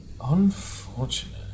Unfortunate